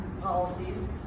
policies